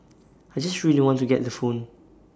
I just really want to get the phone